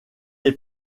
est